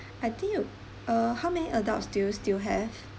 I think you uh how many adults do you still have